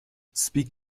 speak